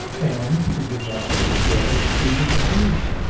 and, he did not need to say, excluding the jews.